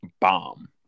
bomb